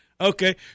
okay